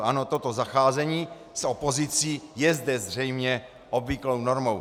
Ano, toto zacházení s opozicí je zde zřejmě obvyklou normou.